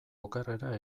okerrera